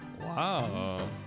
Wow